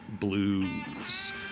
Blues